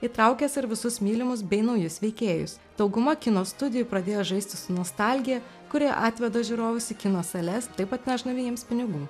įtraukęs ir visus mylimus bei naujus veikėjus dauguma kino studijų pradėjo žaisti su nostalgija kuri atveda žiūrovus į kino sales taip atnešdami jiems pinigų